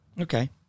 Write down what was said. Okay